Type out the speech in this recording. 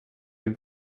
dem